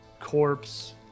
corpse